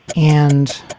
and.